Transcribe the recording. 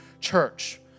church